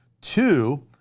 Two